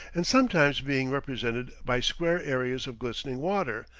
and sometimes being represented by square areas of glistening water,